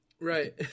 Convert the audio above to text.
Right